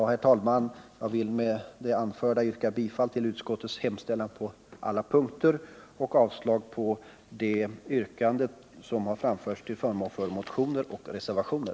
Herr talman! Jag vill med det anförda yrka bifall till utskottets hemställan på alla punkter och avslag på de yrkanden som framförts till förmån för motioner och reservationer.